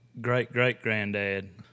great-great-granddad